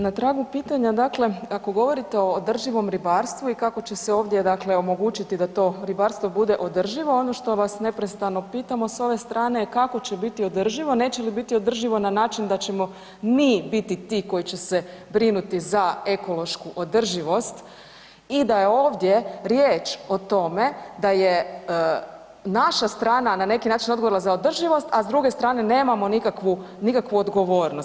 Na tragu pitanja, dakle ako govorite o održivom ribarstvu i kako će se ovdje, dakle omogućiti da to ribarstvo bude održivo, ono što vas neprestano pitamo s ove strane, kako će biti održivo, neće li biti održivo na način da ćemo mi biti ti koji će se brinuti za ekološku održivost i da je ovdje riječ o tome da je naša strana, na neki način odgovorna za održivost, a s druge strane nemamo nikakvu odgovornost.